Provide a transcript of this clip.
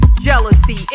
Jealousy